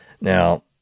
Now